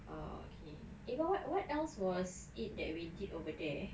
ah okay eh what what else was it that we did over there